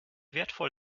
wertvoll